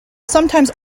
sometimes